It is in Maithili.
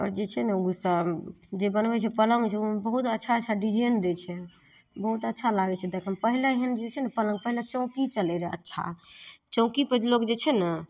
आओर जे छै ने उसब जे बनबय छै पलङ्गसँ उमे बहुत अच्छा अच्छा डिजाइन दै छै बहुत अच्छा लागय छै देखय मे पहिले एहन जे छै ने पलङ्ग पहिले चौकी चलय रहय अच्छा चौकीपर लोक जे छै ने